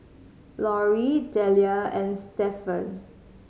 Lorri Delia and Stephan